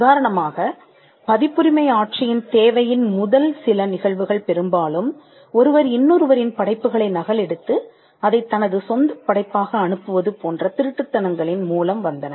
உதாரணமாக பதிப்புரிமை ஆட்சியின் தேவையின் முதல் சில நிகழ்வுகள் பெரும்பாலும் ஒருவர் இன்னொருவரின் படைப்புகளை நகல் எடுத்து அதைத் தனது சொந்தப் படைப்பாக அனுப்புவது போன்ற திருட்டுத்தனங்களின் மூலம் வந்தன